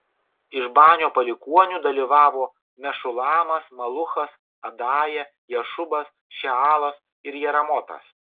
iš banio palikuonių dalyvavo mešulamas maluchas adaja jašubas šealas ir jeramotas